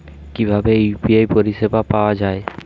কিভাবে ইউ.পি.আই পরিসেবা পাওয়া য়ায়?